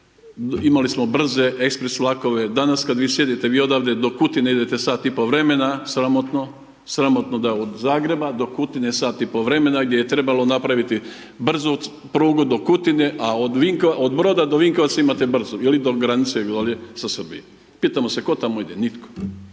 imali smo brze ekspres vlakove, danas kad vi sjedite vi odavde do Kutine idete sat i pol vremena, sramotno, sramotno da od Zagreba do Kutine sat i pol vremena gdje je trebalo napraviti brzu prugu do Kutine, a od Broda do Vinkovaca imate brzu ili do granice dolje sa Srbijom, pitamo se tko tamo ide, nitko.